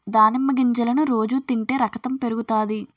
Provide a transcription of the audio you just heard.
దానిమ్మ గింజలను రోజు తింటే రకతం పెరుగుతాది